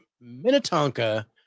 Minnetonka